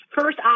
first